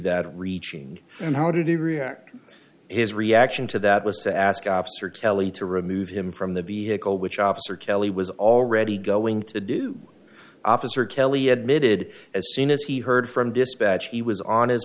that reaching and how did he react his reaction to that was to ask ops or tele to remove him from the vehicle which officer kelly was already going to do officer kelly admitted as soon as he heard from dispatch he was on his